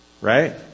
Right